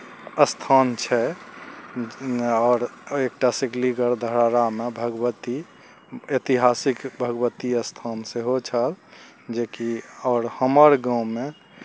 स्थान छै आओर एक टा शिकलीगढ़ धराड़ामे भगवती एतिहासिक भगवती स्थान सेहो छल जेकि आओर हमर गाँवमे